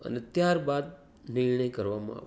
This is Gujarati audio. અને ત્યારબાદ નિર્ણય કરવામાં આવતો